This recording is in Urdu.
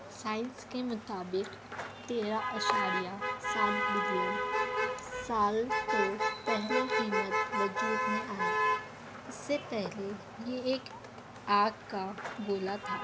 سائنس کے مطابق تیرہ اعشاریہ سات بلین سال تو پہلے قیمت وجود میں آئے اس سے پہلے یہ ایک آگ کا گولا تھا